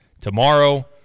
tomorrow